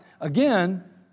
again